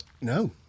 No